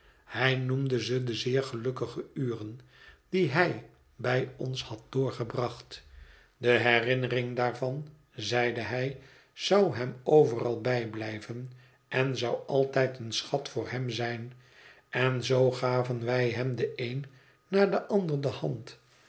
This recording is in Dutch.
hij noemde ze de zeer gelukkige uren die hij bij ons had doorgebracht de herinnering daarvan zeide hij zou hem overal bijblijven en zou altijd een schat voor hem zijn en zoo gaven wij hem de een na den ander de hand